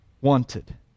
wanted